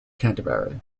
canterbury